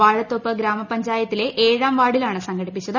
വാഴത്തോപ്പ് ഗ്രാമപഞ്ചായത്തിലെ ഏഴാം വാർഡിലാണ് സംഘടിപ്പിച്ചത്